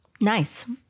Nice